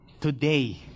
today